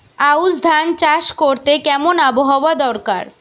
আউশ ধান চাষ করতে কেমন আবহাওয়া দরকার?